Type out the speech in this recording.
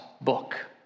book